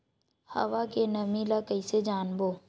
हवा के नमी ल कइसे जानबो?